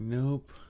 Nope